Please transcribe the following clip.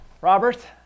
Robert